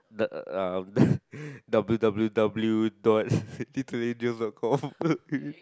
the uh W W W dot to angels dot com